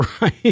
right